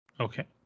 Okay